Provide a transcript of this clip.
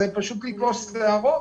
זה פשוט לתלוש שערות.